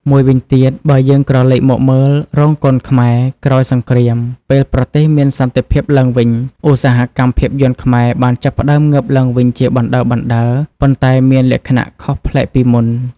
មួយវិញទៀតបើយើងក្រឡេកមកមើល រោងកុនខ្មែរក្រោយសង្គ្រាមពេលប្រទេសមានសន្តិភាពឡើងវិញ ឧស្សាហកម្មភាពយន្តខ្មែរបានចាប់ផ្ដើមងើបឡើងវិញជាបណ្ដើរៗ ប៉ុន្តែមានលក្ខណៈខុសប្លែកពីមុន។